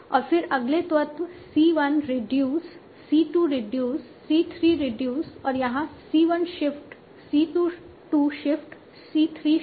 और फिर अगले तत्व c 1 reduce c 2 reduce c 3 reduce और यहां c 1 shift c 2 shift c 3 shift